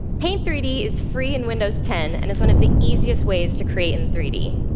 paint three d is free in windows ten and is one of the easiest ways to create in three d.